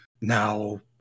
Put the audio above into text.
Now